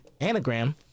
anagram